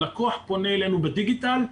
הלקוח פונה אלינו בדיגיטל,